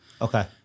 Okay